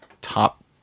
top